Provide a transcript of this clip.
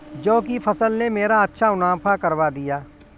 जौ की फसल ने मेरा अच्छा मुनाफा करवा दिया